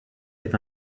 est